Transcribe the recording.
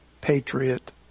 Patriot